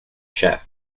chef